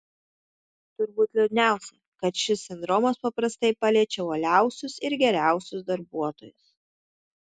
turbūt liūdniausia kad šis sindromas paprastai paliečia uoliausius ir geriausius darbuotojus